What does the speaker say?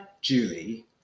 Julie